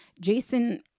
Jason